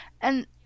and-